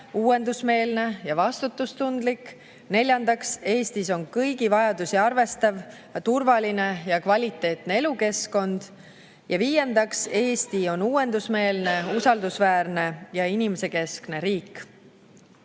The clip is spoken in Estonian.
uuendusmeelne ja vastutustundlik. Neljandaks, Eestis on kõigi vajadusi arvestav, turvaline ja kvaliteetne elukeskkond. Ja viiendaks, Eesti on uuendusmeelne, usaldusväärne ja inimesekeskne riik.